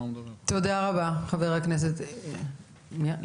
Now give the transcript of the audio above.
תודה רבה לחבר הכנסת מופיד מרעי.